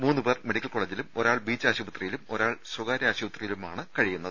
മൂന്ന് പേർ മെഡിക്കൽ കോളജിലും ഒരാൾ ബീച്ച് ആശുപത്രിയിലും ഒരാൾ സ്വകാര്യ ആശുപത്രിയിലുമാണ് കഴിയുന്നത്